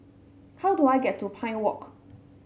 how do I get to Pine Walk